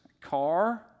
car